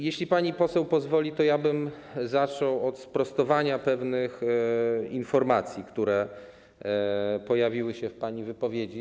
Jeśli pani poseł pozwoli, to zacząłbym od sprostowania pewnych informacji, które pojawiły się w pani wypowiedzi.